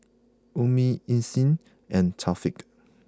Ummi Isnin and Thaqif